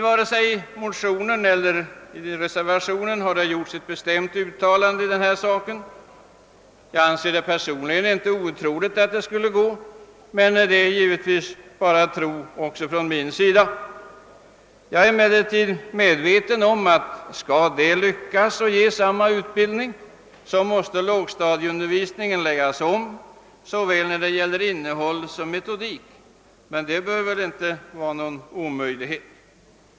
Varken i motionerna eller i reservationen har det gjorts ett bestämt uttalande i denna sak. Jag anser det personligen inte otroligt att det skulle gå, men det är givetvis bara tro också från min sida. Jag är medveten om att skall det lyckas att ge samma utbildning, måste lågstadieundervisningen läggas om när det gäller såväl innehåll som metodik. Men det bör inte vara någon omöjlighet.